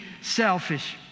selfish